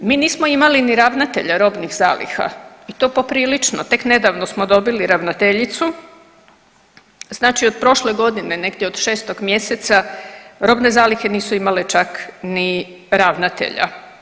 Mi nismo imali ni ravnatelja robnih zaliha i to poprilično, tek nedavno smo dobili ravnateljicu, znači od prošle godine negdje od 6. mjeseca robne zalihe nisu imale čak ni ravnatelja.